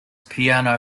piano